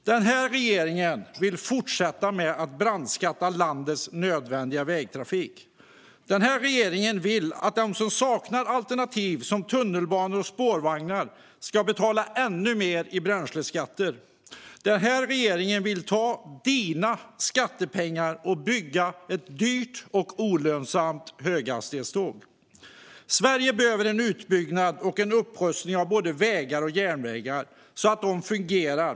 Den här regeringen vill fortsätta med att brandskatta landets nödvändiga vägtrafik. Den här regeringen vill att de som saknar alternativ, som tunnelbanor och spårvagnar, ska betala ännu mer i bränsleskatter. Den här regeringen vill ta dina skattepengar och bygga ett dyrt och olönsamt höghastighetståg. Sverige behöver en utbyggnad och en upprustning av både vägar och järnvägar, så att de fungerar.